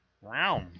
Wow